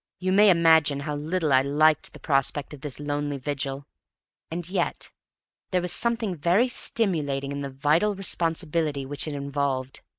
you may imagine how little i liked the prospect of this lonely vigil and yet there was something very stimulating in the vital responsibility which it involved.